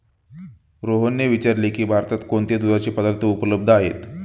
रोहनने विचारले की भारतात कोणते दुधाचे पदार्थ उपलब्ध आहेत?